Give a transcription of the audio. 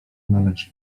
należy